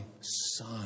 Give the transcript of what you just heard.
son